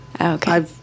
Okay